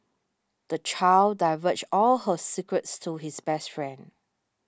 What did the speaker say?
the child diverged all her secrets to his best friend